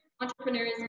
entrepreneurs